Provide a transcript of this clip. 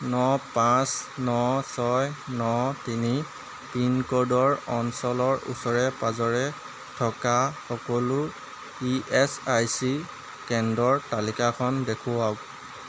ন পাঁচ ন ছয় ন তিনি পিনক'ডৰ অঞ্চলৰ ওচৰে পাঁজৰে থকা সকলো ই এচ আই চি কেন্দ্ৰৰ তালিকাখন দেখুৱাওক